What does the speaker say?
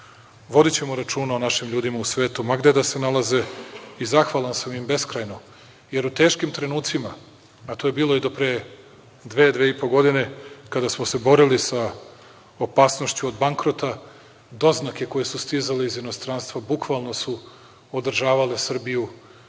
Vodićemo računa o našim ljudima u svetu ma gde da se nalaze i zahvalan sam im beskrajno, jer u teškim trenucima, a to je bilo i do pre dve, dve i po godine, kada smo se borili sa opasnošću od bankrota, doznake koje su stizale iz inostranstva bukvalno su održavale Srbiju,